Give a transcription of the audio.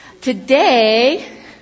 today